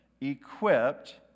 equipped